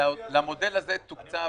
למודל הזה תוקצב,